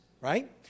right